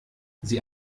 sie